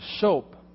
SOAP